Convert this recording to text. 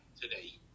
today